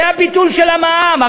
זה הביטול של המע"מ.